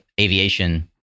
aviation